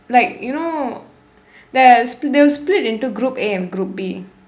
like you know there is two they'll split into groups A and group B